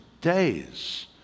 days